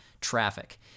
traffic